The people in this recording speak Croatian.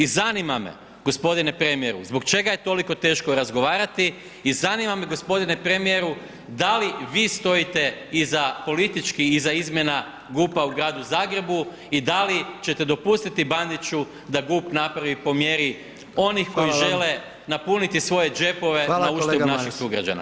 I zanima me, g. premijeru, zbog čega je toliko teško razgovarati i zanima me, g. premijeru da li vi stojite iza politički iza izmjena GUP-a u gradu Zagrebu i da li ćete dopustiti Bandiću da GUP napravi po mjeri onih koji žele [[Upadica predsjednik: Hvala vam.]] napuniti svoje džepove [[Upadica predsjednik: Hvala kolega Maras.]] nauštrb naših sugrađana.